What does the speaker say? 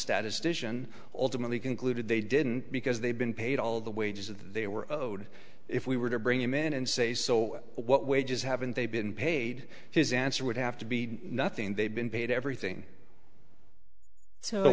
statistician ultimately concluded they didn't because they've been paid all the wages of they were owed if we were to bring him in and say so what wages haven't they been paid his answer would have to be nothing they've been paid everything so